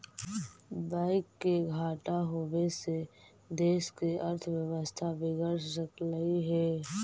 bank के घाटा होबे से देश के अर्थव्यवस्था बिगड़ सकलई हे